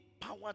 power